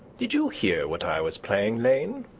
did you hear what i was playing, lane?